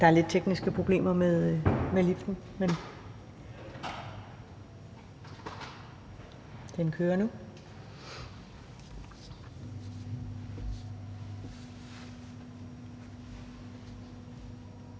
Der er lidt tekniske problemer med liften, men den kører nu.